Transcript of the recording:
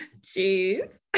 jeez